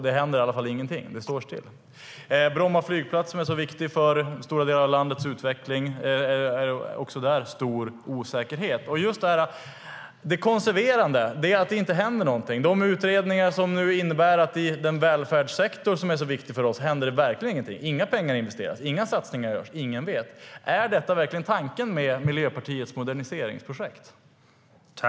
Det händer i alla fall ingenting. Det står still. Det gäller Bromma flygplats, som är så viktig för stora delar av landets utveckling. Också där råder stor osäkerhet.